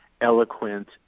eloquent